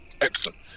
Excellent